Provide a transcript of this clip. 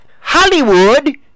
Hollywood